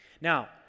now